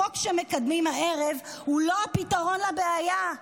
החוק שמקדמים הערב הוא לא הפתרון לבעיה.